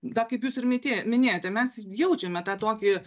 dar kaip jūs ir mitė minėjote mes jaučiame tą tokį